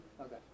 Okay